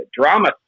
drama